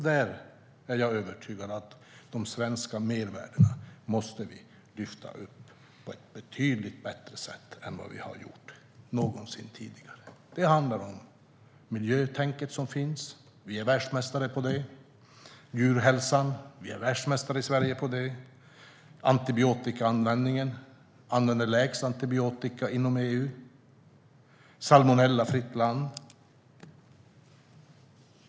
Jag är övertygad om att vi måste lyfta upp de svenska mervärdena på ett betydligt bättre sätt än vad vi har gjort någonsin tidigare. Det handlar om miljötänket som finns. Vi är världsmästare på det. Vi är världsmästare på djurhälsa. Vi använder minst antibiotika inom EU. Vi är ett salmonellafritt land.